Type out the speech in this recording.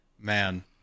Man